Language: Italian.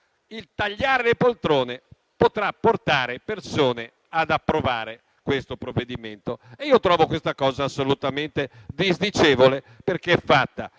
tagliare le poltrone potrà portare persone ad approvare questo provvedimento. Trovo questa cosa assolutamente disdicevole, perché è fatta